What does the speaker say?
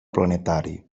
planetari